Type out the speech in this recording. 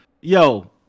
Yo